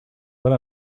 what